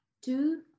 two